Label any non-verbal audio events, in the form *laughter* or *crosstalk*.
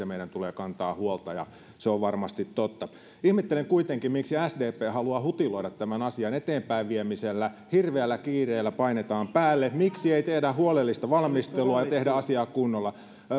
*unintelligible* meidän tulee kantaa huolta ja se on varmasti totta ihmettelen kuitenkin miksi sdp haluaa hutiloida tämän asian eteenpäin viemisessä hirveällä kiireellä painetaan päälle miksi ei tehdä huolellista valmistelua ja tehdä asiaa kunnolla